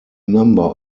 number